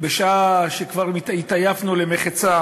בשעה שכבר התעייפנו למחצה